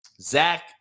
Zach